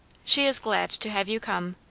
she is glad to have you come.